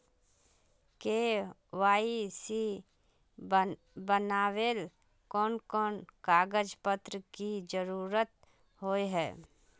KYC बनावेल कोन कोन कागज पत्र की जरूरत होय है?